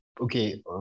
Okay